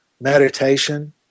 meditation